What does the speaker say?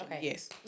Yes